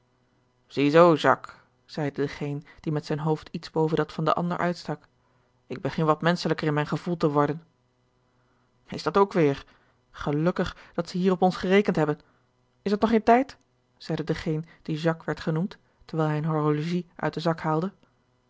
zie zoo jacques zeide degeen die met zijn hoofd iets boven dat van den ander uitstak ik begin wat menschelijker in mijn gevoel te worden is dat ook weêr gelukkig dat zij hier op ons gerekend hebben is het nog geen tijd zeide degeen die jacques werd genoemd terwijl hij een horologie uit den zak haalde